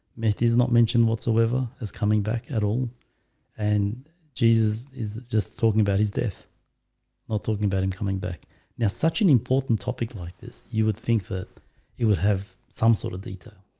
it is not mention whatsoever is coming back at all and jesus is just talking about his death not talking about him coming back now such an important topic like this you would think that he would have some sort of detail.